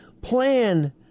plan